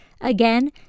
Again